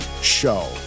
Show